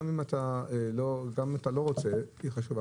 גם אם אתה לא רוצה היא חשובה,